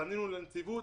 פנינו לנציבות,